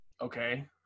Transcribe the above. Okay